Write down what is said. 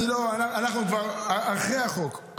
אנחנו כבר אחרי החוק,